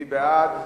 מי בעד?